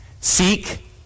Seek